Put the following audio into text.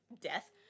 death